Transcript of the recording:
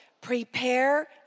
prepare